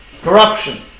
Corruption